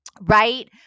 right